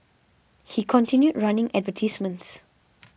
he continued running advertisements